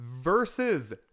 versus